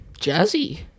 Jazzy